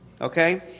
Okay